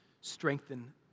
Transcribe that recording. strengthen